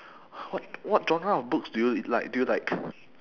what genre of books do you like do you like